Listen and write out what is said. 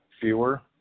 fewer